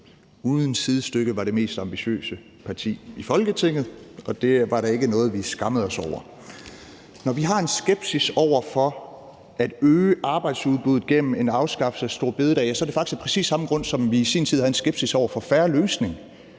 uden sidestykke var det mest ambitiøse parti i Folketinget. Og det var da ikke noget, vi skammede os over. Når vi har en skepsis over for at øge arbejdsudbuddet gennem en afskaffelse af store bededag, er det faktisk af præcis samme grund, som da vi i sin tid havde en skepsis over for »En Fair Løsning«